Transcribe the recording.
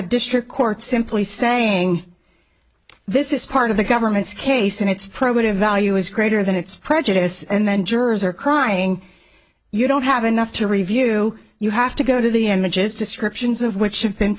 a district court simply saying this is part of the government's case and it's probative value is greater than it's prejudice and then jurors are crying you don't have enough to review you have to go to the end midges descriptions of which have been